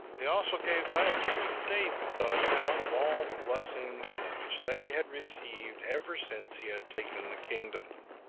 they also gave thanks to david, on account of all the blessings which they had received ever since he had taken the kingdom.